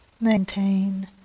maintain